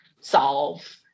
solve